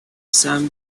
sam